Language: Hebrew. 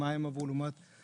מה הם עברו לעומת היום,